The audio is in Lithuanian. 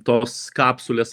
tos kapsulės